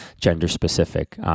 Gender-specific